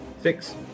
Six